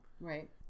Right